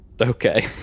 Okay